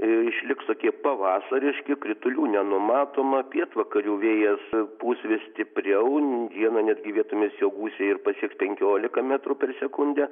išliks tokie pavasariški kritulių nenumatoma pietvakarių vėjas pūs vis stipriau dieną netgi vietomis jo gūsiai ir pasieks penkiolika metrų per sekundę